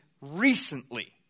recently